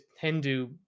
Hindu